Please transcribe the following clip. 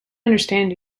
understand